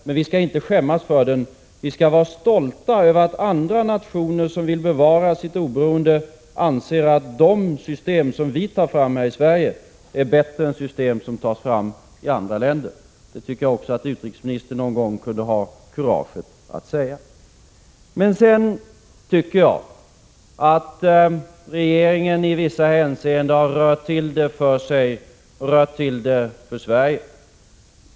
Men vi skall inte skämmas över den, utan vi skall vara stolta över att andra nationer som vill bevara sitt oberoende anser att de system som vi tar fram här i Sverige är bättre än system som tas fram i andra länder. Det tycker jag att också utrikesministern någon gång kunde ha kuraget att säga. Jag tycker emellertid att regeringen i vissa hänseenden har rört till det för sig och rört till det för Sverige.